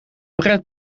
brad